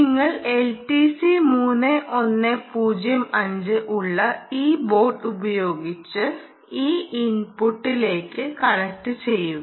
നിങ്ങൾ എൽടിസി 3105 ഉള്ള ഈ ബോർഡ് ഉപയോഗിച്ച് ഈ ഇൻപുട്ടിലേക്ക് കണക്റ്റുചെയ്യുക